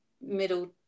middle